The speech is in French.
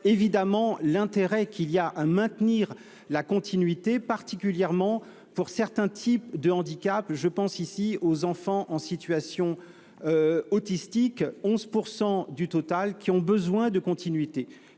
évidemment l'intérêt qu'il y a à maintenir la continuité, particulièrement pour certains types de handicaps. Je pense ici aux enfants en situation autistique, qui représentent